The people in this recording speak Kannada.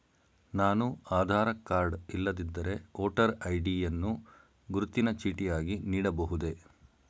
ನಾನು ಆಧಾರ ಕಾರ್ಡ್ ಇಲ್ಲದಿದ್ದರೆ ವೋಟರ್ ಐ.ಡಿ ಯನ್ನು ಗುರುತಿನ ಚೀಟಿಯಾಗಿ ನೀಡಬಹುದೇ?